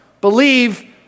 believe